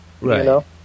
Right